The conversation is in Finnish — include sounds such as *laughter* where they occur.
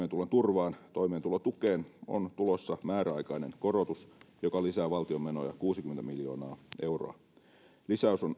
turvaan toimeentulotukeen on tulossa määräaikainen korotus joka lisää valtion menoja kuusikymmentä miljoonaa euroa lisäys on *unintelligible*